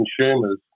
consumers